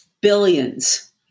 Billions